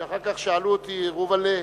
שאחר כך שאלו אותי: רובל'ה,